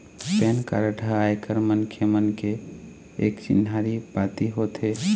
PAN card ह आयकर मनखे मन के एक चिन्हारी पाती होथे